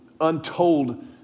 untold